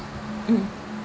mm